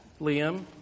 Liam